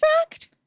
fact